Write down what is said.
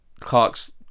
Clark's